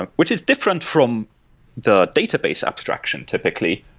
and which is different from the database abstraction typically,